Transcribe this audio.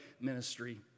ministry